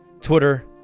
Twitter